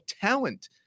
talent